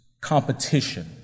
competition